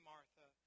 Martha